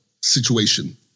situation